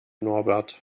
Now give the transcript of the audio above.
norbert